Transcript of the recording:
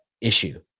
issue